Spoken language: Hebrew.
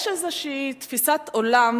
יש איזו תפיסת עולם,